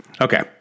Okay